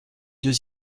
deux